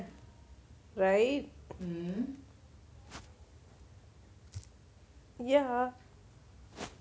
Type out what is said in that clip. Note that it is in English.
right ya